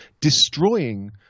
destroying